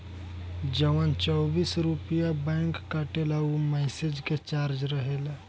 जवन चौबीस रुपइया बैंक काटेला ऊ मैसेज के चार्ज रहेला